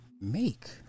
make